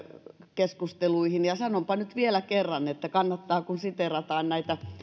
keskusteluihin ja sanonpa nyt vielä kerran että kannattaa kun siteerataan näitä